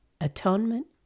atonement